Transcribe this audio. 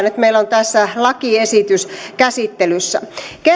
tässä lakiesitys käsittelyssä keskeinen tavoite on mahdollistaa kansallinen